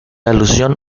alusión